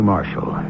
Marshall